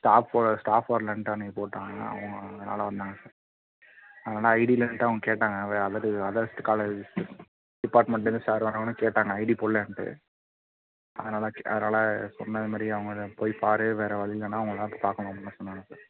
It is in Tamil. ஸ்டாஃபு ஸ்டாஃப் வரலன்ட்டு அன்றைக்குப் போட்டாங்கன்னா அவங்க அதனால் வந்தாங்க சார் அதனால் ஐடி இல்லைன்ட்டு அவங்க கேட்டாங்க வ அதரு அதர்ஸ்ட்டு காலே டிப்பார்ட்மெண்ட்லேருந்து சார் வந்தொன்னே கேட்டாங்கள் ஐடி போடலையான்ட்டு அதனால் தான் கே அதனால் சொன்னேன் இது மாதிரி அவங்கள போய் பாரு வேறு வழி இல்லேன்னா அவங்கள தான் போய் பார்க்கணும் அப்படின்னு சொன்னாங்கள் சார்